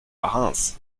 reims